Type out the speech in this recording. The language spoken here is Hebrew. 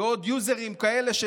ועוד יוזרים כאלה,